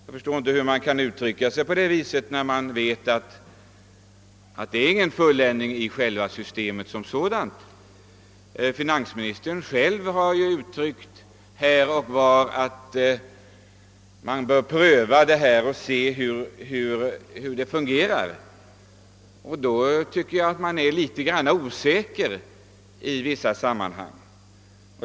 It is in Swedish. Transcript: Jag förstår inte hur man kan uttrycka sig på det viset då man vet att systemet som sådant inte är fulländat. Finansministern själv har ju här och var uttryckt den meningen att man bör pröva och se hur det hela fungerar och under sådana förhållanden finns det väl en viss osäkerhet.